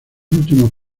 últimos